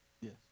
Yes